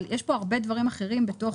אבל יש הרבה דברים אחרים בתוך